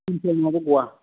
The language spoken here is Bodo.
टिफिन टाइम नङाबा गआ